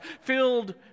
filled